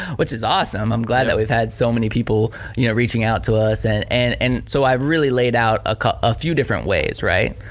which is awesome, i'm glad that we've had so many people you know reaching out to us. and and and so i've really laid out a ah few different ways, right.